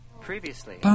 Previously